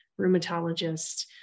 rheumatologist